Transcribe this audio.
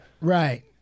Right